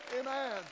Amen